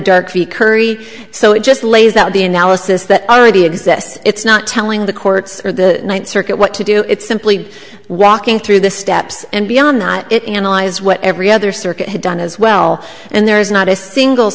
ducie curry so it just lays out the analysis that already exists it's not telling the courts or the ninth circuit what to do it's simply walking through the steps and beyond that it analyze what every other circuit has done as well and there is not a single